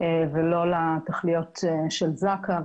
ולא לתכליות של זק"א.